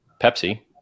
Pepsi